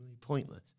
pointless